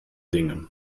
dinge